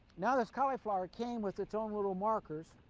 now this cauliflower came with it's own little markers.